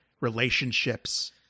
relationships